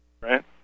right